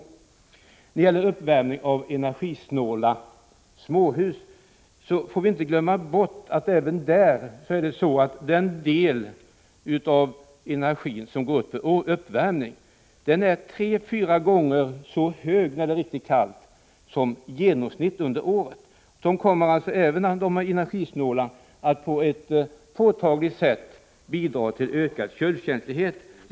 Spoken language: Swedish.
När det gäller uppvärmningen av energisnåla småhus vill jag framhålla att vi inte får glömma bort att det, i jämförelse med den genomsnittliga förbrukningen under året, går åt tre fyra gånger så mycket energi för uppvärmning under den period då det är riktigt kallt. Även om husen är energisnåla kommer de alltså på ett påtagligt sätt att bidra till ökad köldkänslighet i vårt elsystem.